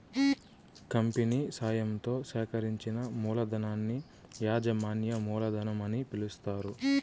company సాయంతో సేకరించిన మూలధనాన్ని యాజమాన్య మూలధనం అని పిలుస్తారు